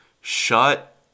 shut